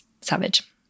Savage